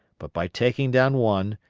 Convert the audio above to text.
but by taking down one,